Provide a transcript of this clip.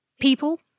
people